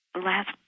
Last